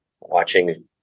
watching